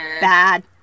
bad